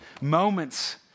moments